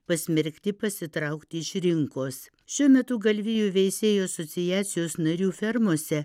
pasmerkti pasitraukti iš rinkos šiuo metu galvijų veisėjų asociacijos narių fermose